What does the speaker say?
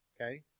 Okay